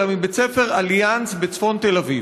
אלא מבית ספר אליאנס בצפון תל אביב?